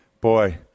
Boy